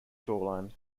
shoreline